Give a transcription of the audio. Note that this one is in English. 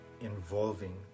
involving